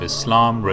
Islam